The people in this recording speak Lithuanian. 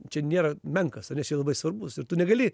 čia nėra menkas ane čia labai svarbus ir tu negali